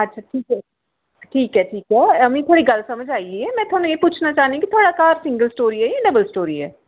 अच्छा ठीक ऐ ठीक ऐ ठीक ऐ मिकी थुआढ़ी गल्ल समझ आई में थोआनू एह पुच्छना चाहन्नी कि थुआढ़ा घर सिंगल स्टोरी ऐ जां डबल स्टोरी ऐ